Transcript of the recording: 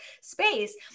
space